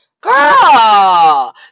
Girl